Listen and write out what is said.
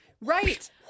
Right